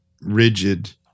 rigid